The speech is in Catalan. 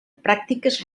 pràctiques